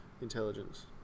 intelligence